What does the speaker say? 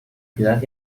ciudad